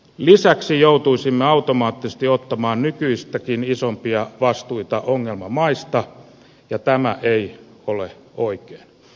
lisäksi joutuisimme automaattisesti ottamaan nykyistäkin isompia vastuita ongelmamaista ja tämä ei ole oikein